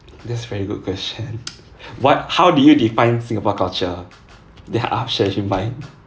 that's very good question what how do you define singapore culture